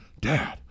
Dad